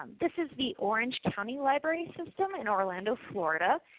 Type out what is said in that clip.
um this is the orange county library system in orlando florida.